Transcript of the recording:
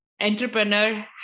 Entrepreneur